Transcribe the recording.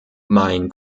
mein